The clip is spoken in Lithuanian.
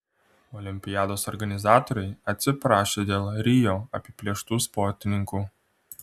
olimpiados organizatoriai atsiprašė dėl rio apiplėštų sportininkų